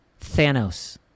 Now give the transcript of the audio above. Thanos